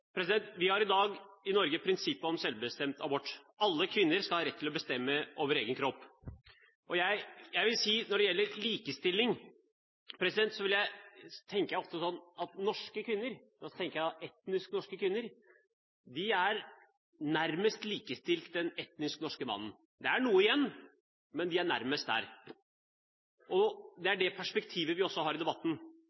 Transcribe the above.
Vi har i dag i Norge et prinsipp om selvbestemt abort: Alle kvinner skal ha rett til å bestemme over egen kropp. Når det gjelder likestilling, så tenker jeg ofte at etnisk norske kvinner nærmest er likestilt den etnisk norske mannen – det gjenstår noe, men de er nærmest der. Det